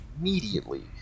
immediately